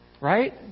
Right